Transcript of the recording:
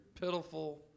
pitiful